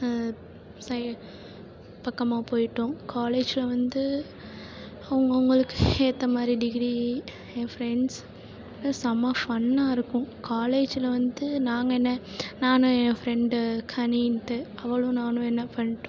சய பக்கமாக போயிட்டோம் காலேஜில் வந்து அவுங்கவங்களுக்கு ஏற்ற மாதிரி டிகிரி என் ஃப்ரெண்ட்ஸ் செம்ம ஃபன்னாக இருக்கும் காலேஜில் வந்து நாங்கள் என்ன நானும் என் ஃப்ரெண்டு கனினுன்ட்டு அவளும் நானும் என்ன பண்ணிட்டோம்